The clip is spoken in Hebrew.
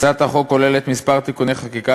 הצעת החוק כוללת כמה תיקוני חקיקה